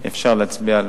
אפשר להצביע על